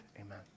amen